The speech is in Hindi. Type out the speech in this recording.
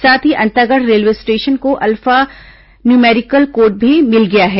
साथ ही अंतागढ़ रेलवे स्टेशन को अल्फा न्यूमेरिकल कोड भी मिल गया है